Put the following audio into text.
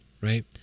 right